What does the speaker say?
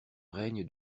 règne